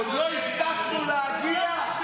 עוד לא הספקנו להגיע,